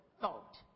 thought